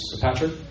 Patrick